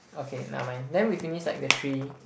okay never mind then we finish like the three